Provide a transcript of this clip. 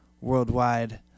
worldwide